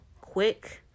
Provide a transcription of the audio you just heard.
quick